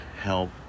help